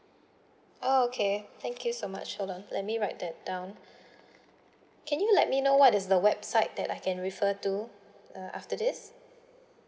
okay thank you so much hold on let me write that down can you let me know what is the website that I can refer to uh after this